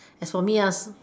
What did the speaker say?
as for me uh